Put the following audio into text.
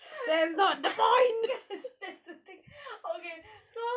that's the thing okay so